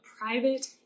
private